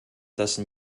dessen